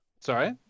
sorry